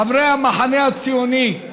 חברי המחנה הציוני,